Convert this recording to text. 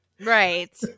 Right